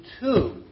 two